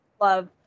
love